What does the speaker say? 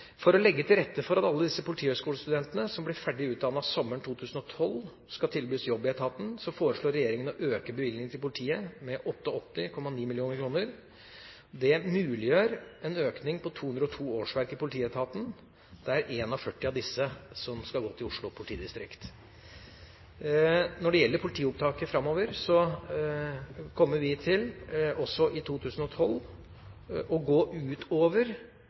For å legge til rette for at alle politihøgskolestudentene som blir ferdig utdannet sommeren 2012, skal kunne tilbys jobb i etaten, foreslår regjeringa å øke bevilgningene til politiet med 88,9 mill. kr. Det muliggjør en økning på 202 årsverk i politietaten, der 41 av disse skal gå til Oslo politidistrikt. Når det gjelder politiopptaket framover, kommer vi til – også i 2012 – å gå utover